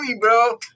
bro